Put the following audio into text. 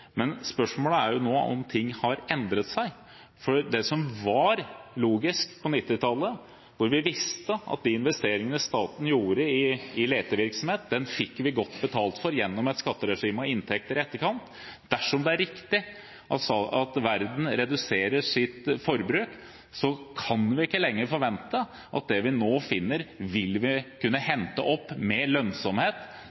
Men spørsmålet er om ting har endret seg. Det var logisk på 1990-tallet, da vi visste at statens investeringer i letevirksomhet fikk vi godt betalt for gjennom et skatteregime og -inntekter i etterkant. Dersom det er riktig at verden reduserer sitt forbruk, kan vi ikke lenger forvente at det vi nå finner, vil vi om 20–30–40 år kunne